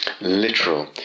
literal